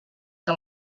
que